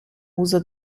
uso